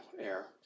air